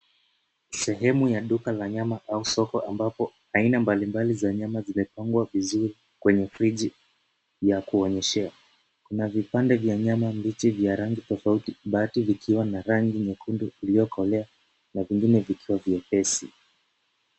Sehemu ya duka la nyama au soko ambapo aina mbalimbali za nyama zimepangwa vizuri kwenye friji ya kuonyeshea. Kuna vipande vya nyama mbichi vya rangi tofauti, baadhi ikiwa na rangi nyekundu iliyokolea na vingine vikiwa vyepesi.